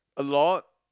a lot